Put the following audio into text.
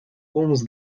komz